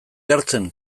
hartzen